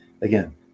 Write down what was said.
again